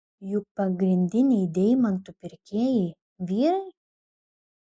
juk pagrindiniai deimantų pirkėjai vyrai